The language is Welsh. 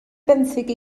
benthyg